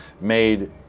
made